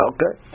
Okay